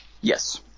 yes